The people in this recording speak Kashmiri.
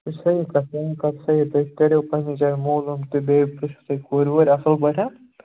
یہِ چھِ صحیح کَتھ چٲنۍ کتھ تُہۍ کٔرِو پنٕنہِ جایہِ معلوٗم تہٕ بیٚیہِ پرٕٛژھِو تُہۍ کورِ وورِ اَصٕل پٲٹھۍ